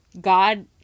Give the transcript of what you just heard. God